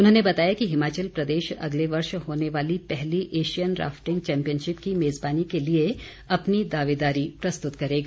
उन्होंने बताया कि हिमाचल प्रदेश अगले वर्ष होने वाले पहले एशियन राफ्टिंग चैंपियनशिप की मेज़बानी के लिए अपनी दावेदारी प्रस्तुत करेगा